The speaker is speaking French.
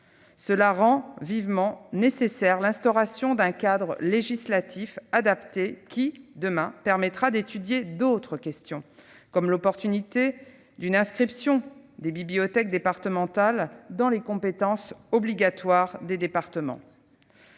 Cela rend évidemment nécessaire l'instauration d'un cadre législatif adapté qui, demain, permettra d'étudier d'autres questions, comme l'opportunité d'une inscription des bibliothèques départementales dans les compétences obligatoires des départements.